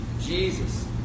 Jesus